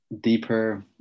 deeper